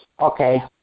Okay